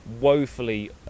woefully